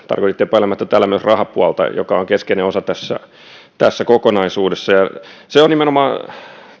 tarkoititte epäilemättä tällä myös rahapuolta joka on keskeinen osa tässä tässä kokonaisuudessa se on nimenomaan